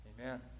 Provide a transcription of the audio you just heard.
Amen